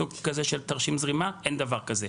סוג כזה של תרשים זרימה אין דבר כזה.